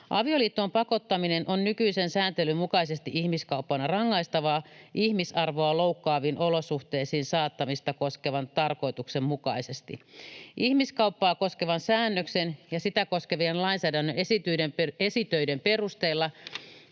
Avioliittoon pakottaminen on nykyisen sääntelyn mukaisesti ihmiskauppana rangaistavaa ihmisarvoa loukkaaviin olosuhteisiin saattamista koskevan tarkoituksen mukaisesti. Ihmiskauppaa koskevan säännöksen ja sitä koskevien lainsäädännön esitöiden perusteella